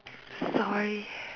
sorry